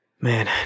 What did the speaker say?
Man